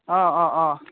অঁ অঁ অঁ